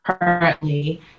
currently